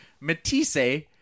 Matisse